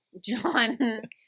John